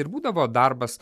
ir būdavo darbas